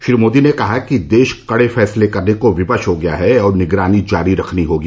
श्री मोदी ने कहा कि देश कड़े फैसले करने को विवश हो गया है और निगरानी जारी रखनी होगी